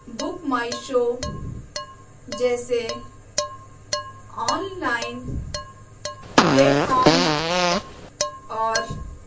book my show جیسے online platforms اور